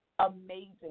Amazing